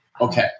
okay